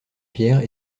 pierre